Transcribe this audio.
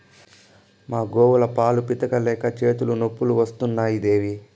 మా గోవుల పాలు పితిక లేక చేతులు నొప్పులు వస్తున్నాయి దేవీ